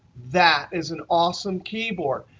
that is an awesome keyboard.